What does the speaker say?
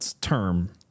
term